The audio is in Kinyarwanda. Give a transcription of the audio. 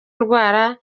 ndwara